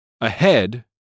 Ahead